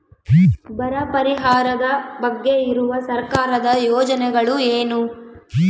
ಬರ ಪರಿಹಾರದ ಬಗ್ಗೆ ಇರುವ ಸರ್ಕಾರದ ಯೋಜನೆಗಳು ಏನು?